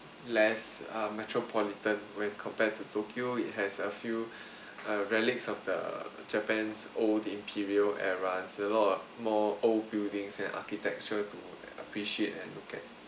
less uh metropolitan when compared to tokyo it has a few err relics of the japan's old the imperial era it's a lot of more old buildings and architecture to appreciate and look at